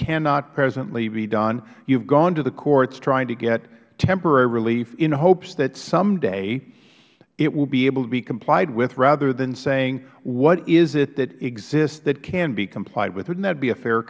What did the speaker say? cannot presently be done you have gone to the courts trying to get temporary relief in hopes that some day it will be able to be complied with rather than saying what is it that exists that can be complied with wouldn't that be a fair